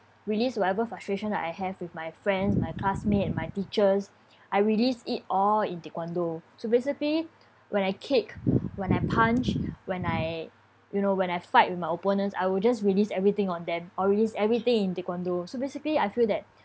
release whatever frustration that I have with my friends my classmate my teachers I release it all in taekwondo so basically when I kick when I punch when I you know when I fight with my opponents I will just release everything on them or release everything in taekwondo so basically I feel that